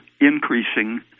increasing